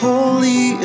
Holy